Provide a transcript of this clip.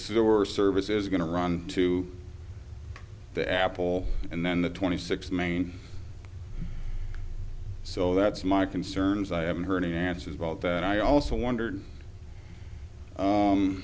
worst service is going to run to the apple and then the twenty six main so that's my concerns i haven't heard any answers about that and i also wonder